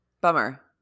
bummer